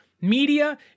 media